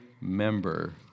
member